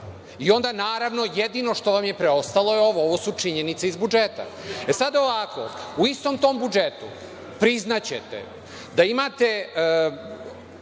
i onda, naravno, jedino što vam je preostalo je ovo. Ovo su činjenice iz budžeta. Sada ovako. U istom tom budžetu, priznaćete, imate